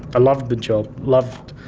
i loved the job. loved,